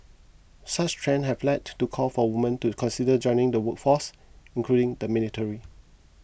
such trends have led to call for women to consider joining the workforce including the military